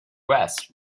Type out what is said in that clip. vest